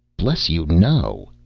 bless you, no!